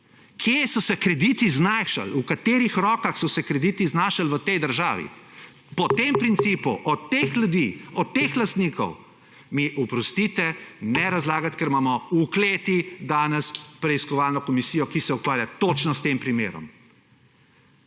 Kje so se krediti znašli, v katerih rokah so se krediti znašli v tej državi? Po tem principu, od teh ljudi, od teh lastnikov mi, oprostite, ne razlagati, ker imamo v kleti danes preiskovalno komisijo, ki se ukvarja točno s tem primerom.